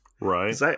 right